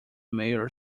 mayor